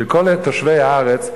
של כל תושבי הארץ,